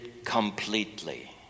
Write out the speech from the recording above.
completely